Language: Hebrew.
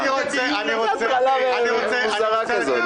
---<< יור >> ההטרלה הזאת היא הטרלה מצחיקה בעיניי.